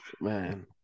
man